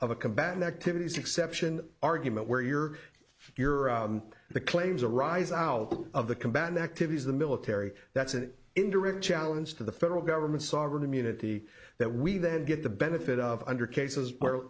of a combat an activity is exception argument where you're you're the claims arise out of the combat activities the military that's an indirect challenge to the federal government sovereign immunity that we then get the benefit of under cases where